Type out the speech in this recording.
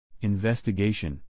Investigation